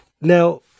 now